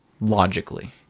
Logically